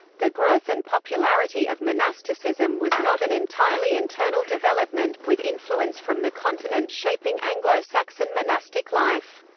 the growth and popularity of monasticism was not an entirely internal development, with influence from the continent shaping anglo-saxon monastic life.